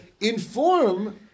inform